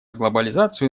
глобализацию